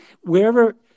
wherever